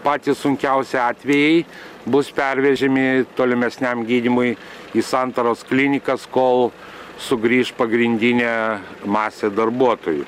patys sunkiausi atvejai bus pervežami tolimesniam gydymui į santaros klinikas kol sugrįš pagrindinė masė darbuotojų